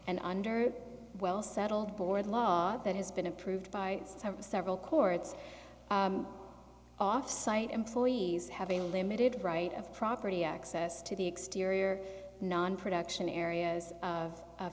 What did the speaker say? and under well settled board law that has been approved by several courts offsite employees have a limited right of property access to the exterior non production areas